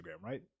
right